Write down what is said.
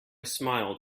smiled